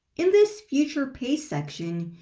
in this future pace section,